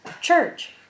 church